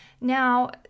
now